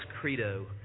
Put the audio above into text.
credo